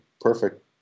perfect